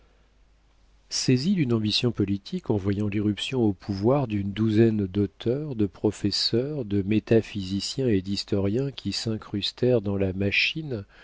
saisi d'une ambition politique en voyant l'irruption au pouvoir d'une douzaine d'auteurs de professeurs de métaphysiciens et d'historiens qui s'incrustèrent dans la machine